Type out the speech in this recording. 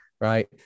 right